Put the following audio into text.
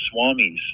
swamis